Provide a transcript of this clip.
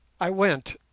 i went.